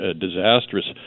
disastrous